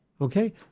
okay